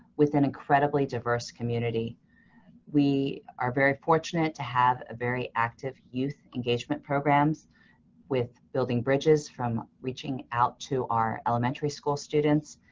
with an incredibly diverse community we are very fortunate to have a very active youth engagement programs with building bridges from reaching out to our elementary school students,